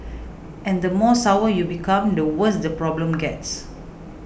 and the more sour you become the worse the problem gets